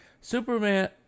Superman